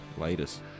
Latest